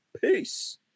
Peace